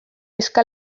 eska